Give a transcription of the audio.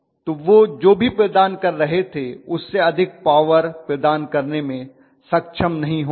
तो वह जो भी प्रदान कर रहे थे उससे अधिक पॉवर प्रदान करने में सक्षम नहीं होंगे